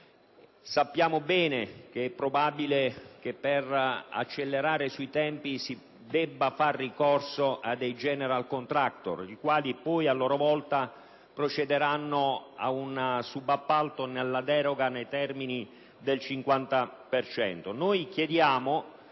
Sappiamo bene che è probabile che, per accelerare sui tempi, si debba far ricorso ai *general contractor*, i quali poi, a loro volta, procederanno ad un subappalto in deroga, nei termini del 50